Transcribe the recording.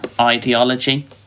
ideology